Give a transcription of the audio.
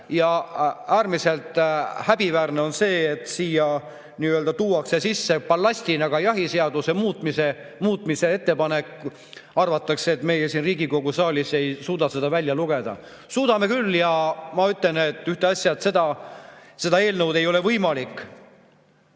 On äärmiselt häbiväärne, et siia tuuakse ballastina sisse ka jahiseaduse muutmise ettepanek. Arvatakse, et meie siin Riigikogu saalis ei suuda seda välja lugeda. Suudame küll! Ja ma ütlen ühte asja: seda eelnõu ei ole võimalik